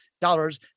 dollars